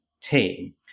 team